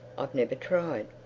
i've never tried.